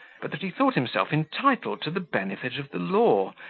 but that he thought himself entitled to the benefit of the law,